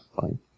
Fine